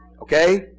Okay